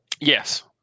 Yes